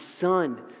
son